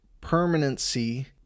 permanency